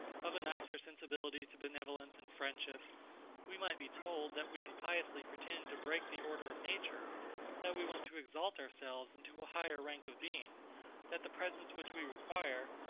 of a nicer sensibility to benevolence and friendship we might be told, that we impiously pretend to break the order of nature that we want to exalt ourselves into a higher rank of being that the presents which we require,